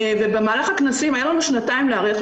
היו לנו שנתיים להיערך,